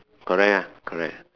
correct ah correct